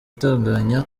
itunganya